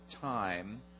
time